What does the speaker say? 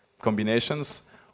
combinations